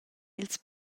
ils